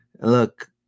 look